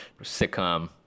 sitcom